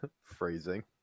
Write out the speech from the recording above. Phrasing